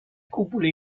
cúpula